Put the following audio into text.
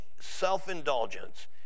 self-indulgence